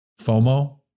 FOMO